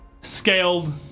scaled